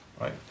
right